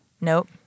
Nope